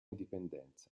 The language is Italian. indipendenza